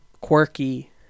quirky